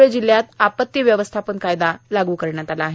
ध्ळे जिल्ह्यात आपत्ती व्यवस्थापन कायदा लागू करण्यात आला आहे